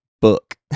book